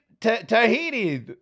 Tahiti